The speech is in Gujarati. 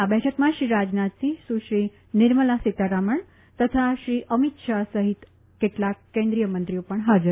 આ બેઠકમાં શ્રી રાજનાથસિંહ સુશ્રી નિર્મલા સીતારામન તથા શ્રી અમીત શાહ સહિત કેટલાક કેન્દ્રિય મંત્રીઓ પણ હાજર હતા